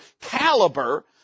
caliber